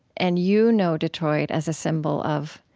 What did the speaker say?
and you know detroit as a symbol of